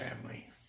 family